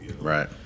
Right